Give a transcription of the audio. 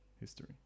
history